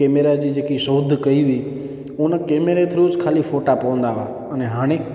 camera जी जेकी शोध कयी हुई उन केमरे थ्रू खाली फोटा पवंदा हुआ अने हाणे